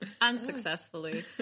unsuccessfully